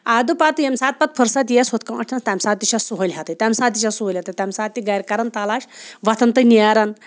اَدٕ پَتہٕ ییٚمہِ ساتہٕ پَتہٕ فٕرصت یِیَس ہُتھ پٲٹھۍ تَمہِ ساتہٕ تہِ چھَس سہوٗلیتٕے تَمہِ ساتہٕ تہِ چھَس سہوٗلیت تہِ تَمہِ ساتہٕ تہِ گَرِ کَران تلاش وۄتھان تہٕ نیران